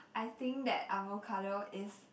I think that avocado is